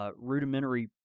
Rudimentary